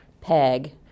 peg